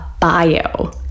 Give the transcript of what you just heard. bio